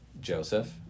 Joseph